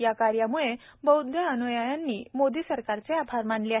या कार्याम्ळे बौद्ध अन्यायांनी मोदी सरकारचे आभार मानले आहे